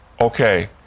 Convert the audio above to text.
okay